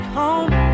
home